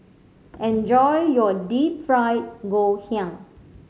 enjoy your Deep Fried Ngoh Hiang